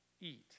eat